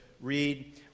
read